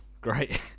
great